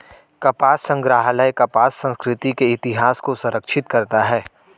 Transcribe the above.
कपास संग्रहालय कपास संस्कृति के इतिहास को संरक्षित करता है